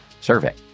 survey